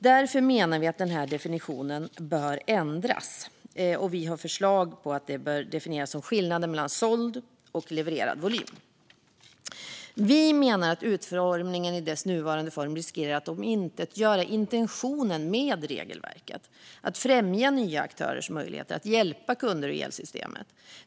Därför menar vi att definitionen bör ändras. Vi har föreslagit att "obalans" ska definieras som skillnaden mellan såld och levererad volym. Vi menar att den nuvarande utformningen riskerar att omintetgöra intentionen med regelverket: att främja nya aktörers möjlighet att hjälpa kunder i elsystemet.